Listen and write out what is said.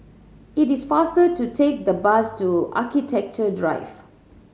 it is faster to take the bus to Architecture Drive